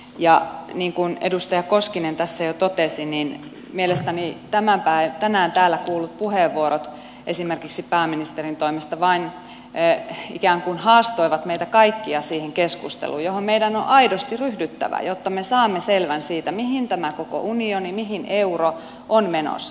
ja niin kuin edustaja koskinen tässä jo totesi niin mielestäni tänään täällä kuullut puheenvuorot esimerkiksi pääministerin toimesta vain ikään kuin haastoivat meitä kaikkia siihen keskusteluun johon meidän on aidosti ryhdyttävä jotta me saamme selvän siitä mihin tämä koko unioni mihin euro on menossa